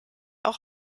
auch